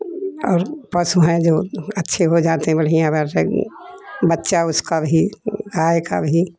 अर पशु है जो अछे हो जाते है बढ़िया बच्चा उसका भी कभी